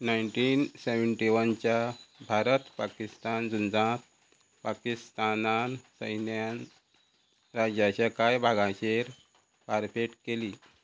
nineteen seventy वनच्या भारत पाकिस्तान झुजांत पाकिस्तान सैन्यान राज्याच्या कांय भागांचेर फारफेट केली